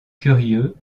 curieux